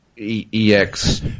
EX